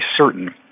certain